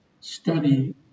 study